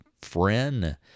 friend